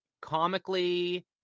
comically